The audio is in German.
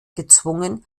gezwungen